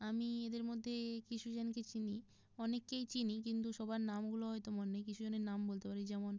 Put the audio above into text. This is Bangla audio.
আমি এদের মধ্যে কিছু জনকে চিনি অনেককেই চিনি কিন্তু সবার নামগুলো হয়তো মনে নেই কিছুজনের নাম বলতে পারি যেমন